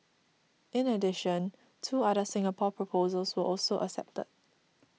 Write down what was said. in addition two other Singapore proposals were also accepted